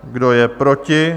Kdo je proti?